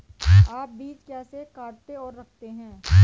आप बीज कैसे काटते और रखते हैं?